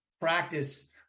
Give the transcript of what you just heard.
practice